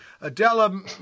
Adela